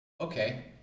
okay